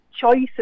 choices